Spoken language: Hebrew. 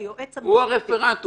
ליועץ המשפטי --- הוא הרפרנט,